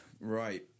Right